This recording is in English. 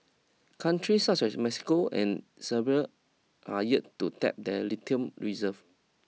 countries such as Mexico and Serbia are yet to tap their lithium reserve